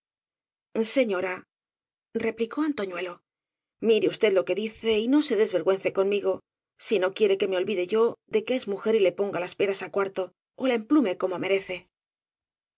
resa biado señorareplicó antoñuelo mire usted lo que dice y no se desvergüence conmigo si no quiere que me olvide yo de que es mujer y le pon ga las peras á cuarto ó la emplume como merece